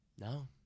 No